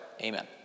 Amen